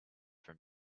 from